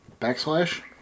backslash